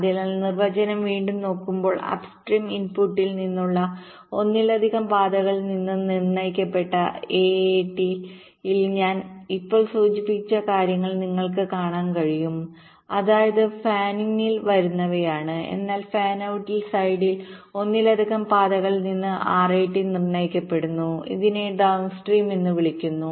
അതിനാൽ നിർവചനം വീണ്ടും നോക്കുമ്പോൾ അപ്സ്ട്രീം ഇൻപുട്ടിൽനിന്നുള്ള ഒന്നിലധികം പാതകളിൽ നിന്ന് നിർണ്ണയിക്കപ്പെട്ട AAT ൽ ഞാൻ ഇപ്പോൾ സൂചിപ്പിച്ച കാര്യങ്ങൾ നിങ്ങൾക്ക് കാണാൻ കഴിയും അതായത് ഫാൻ ഇൻ ൽ വരുന്നവയാണ് എന്നാൽ ഫാൻ ഔട്ട് സൈഡിൽഒന്നിലധികം പാതകളിൽ നിന്ന് RAT നിർണ്ണയിക്കപ്പെടുന്നു ഇതിനെ ഡൌൺസ്ട്രീംഎന്ന് വിളിക്കുന്നു